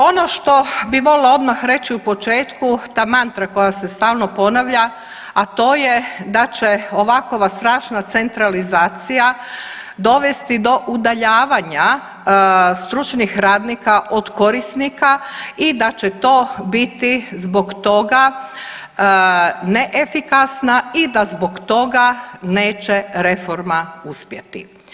Ono što bi volila odmah reći u početku, te mantre koja se stalno ponavlja, a to je da će ovakova strašna centralizacija dovesti do udaljavanja stručnih radnika od korisnika i da će to biti zbog toga neefikasna i da zbog toga neće reforma uspjeti.